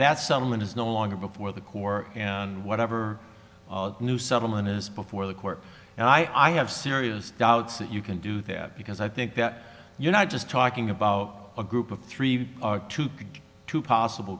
that someone is no longer before the core and whatever new settlement is before the court and i have serious doubts that you can do that because i think that you're not just talking about a group of three to two possible